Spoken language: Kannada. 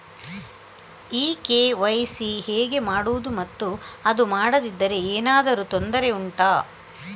ಈ ಕೆ.ವೈ.ಸಿ ಹೇಗೆ ಮಾಡುವುದು ಮತ್ತು ಅದು ಮಾಡದಿದ್ದರೆ ಏನಾದರೂ ತೊಂದರೆ ಉಂಟಾ